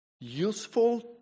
useful